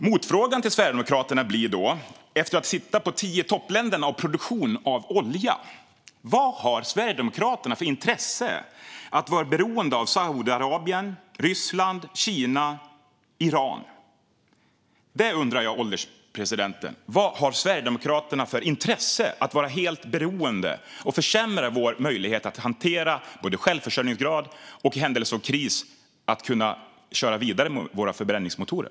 Motfrågan till Sverigedemokraterna blir då, när man tittar på tio-i-topp-länderna när det gäller produktion av olja: Vad har Sverigedemokraterna för intresse av att vara beroende av Saudiarabien, Ryssland, Kina och Iran? Det undrar jag, herr ålderspresident. Vad har Sverigedemokraterna för intresse av att vara helt beroende och försämra vår möjlighet att hantera självförsörjningsgraden och möjligheten att i händelse av kris kunna köra vidare med våra förbränningsmotorer?